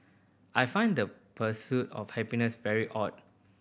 I find the pursuit of happiness very odd